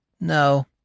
No